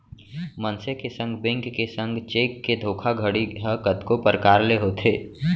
मनसे के संग, बेंक के संग चेक के धोखाघड़ी ह कतको परकार ले होथे